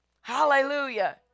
hallelujah